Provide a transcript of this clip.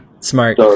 Smart